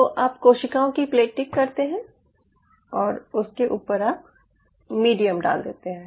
तो आप कोशिकाओं की प्लेटिंग करते हैं और इसके ऊपर आप मीडियम डाल देते हैं